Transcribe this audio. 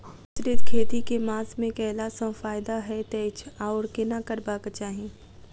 मिश्रित खेती केँ मास मे कैला सँ फायदा हएत अछि आओर केना करबाक चाहि?